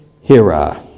Hira